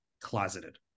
closeted